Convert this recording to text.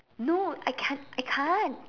no I can't I can't